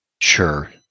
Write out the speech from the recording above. Sure